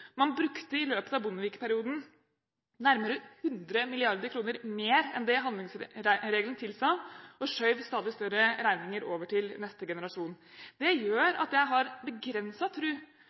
Man brukte – i løpet av Bondevik-perioden – nærmere 100 mrd. kr mer enn det handlingsregelen tilsa, og skjøv stadig større regninger over til neste generasjon. Det gjør at jeg har